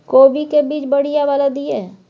कोबी के बीज बढ़ीया वाला दिय?